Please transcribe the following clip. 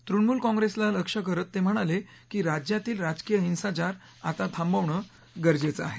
तृणमूल काँग्रेसला लक्ष्य करत ते म्हणाले की राज्यातील राजकीय हिंसाचार आता थांबवणं गरजेचं आहे